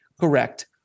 Correct